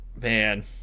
Man